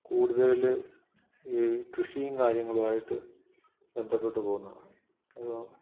കൂടുതൽ ഈ കൃഷിയും കാര്യങ്ങളുമായിട്ട് ബന്ധപ്പെട്ട് പോകുന്നാണ് അപ്പോൾ